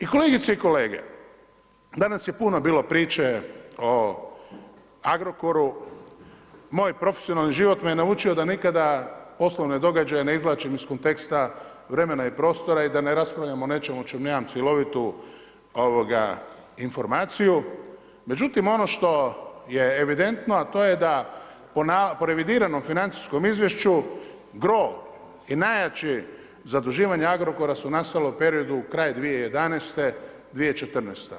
I kolegice i kolege, danas je puno bilo priče o Agrokoru, moj profesionalni život me naučio da nikada poslovne događaje ne izvlačim iz konteksta vremena i prostora i da ne raspravljam o nečemu o čemu nemam cjelovitu informaciju, međutim ono što je evidentno, a to je da po revidiranom financijskom izvješću gro i najjače zaduživanje Agrokora su nastalo u periodu kraj 2011., 2014.